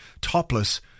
topless